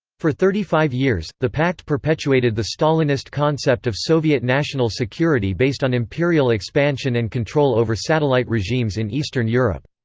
for thirty five years, the pact perpetuated the stalinist concept of soviet national security based on imperial expansion and control over satellite regimes in eastern europe.